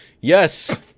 Yes